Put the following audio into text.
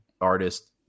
artist